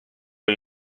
oli